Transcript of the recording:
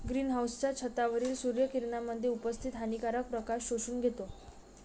green हाउसच्या छतावरील सूर्य किरणांमध्ये उपस्थित हानिकारक प्रकाश शोषून घेतो